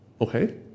Okay